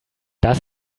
das